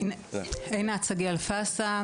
עינת שגיא אלפסה,